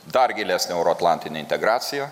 dar gilesnė euroatlantinė integracija